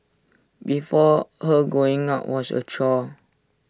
before her going out was A chore